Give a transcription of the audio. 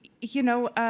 you know,